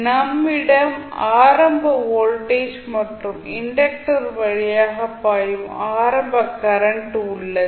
நம்மிடம் ஆரம்ப வோல்டேஜ் மற்றும் இண்டக்டர் வழியாக பாயும் ஆரம்ப கரண்ட் உள்ளது